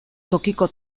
tokiko